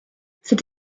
cette